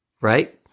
right